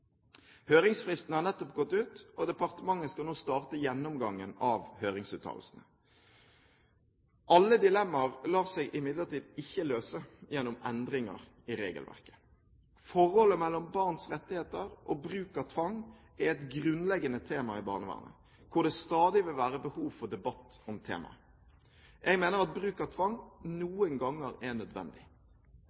Høringsfristen har nettopp gått ut, og departementet skal nå starte gjennomgangen av høringsuttalelsene. Alle dilemmaer lar seg imidlertid ikke løse gjennom endringer i regelverket. Forholdet mellom barns rettigheter og bruk av tvang er et grunnleggende tema i barnevernet, hvor det stadig vil være behov for debatt om temaet. Jeg mener at bruk av tvang noen ganger er nødvendig.